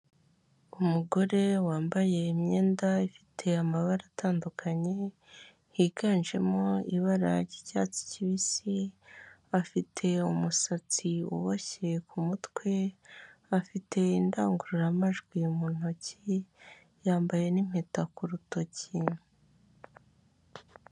Umugore wambaye imyenda ifite amabara atandukanye higanjemo ibara ry'icyatsi kibisi afite umusatsi uboshye kumutwe afite indangururamajwi mu ntoki yambaye n'impeta ku rutoki.